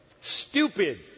stupid